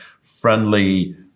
friendly